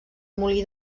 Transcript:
molí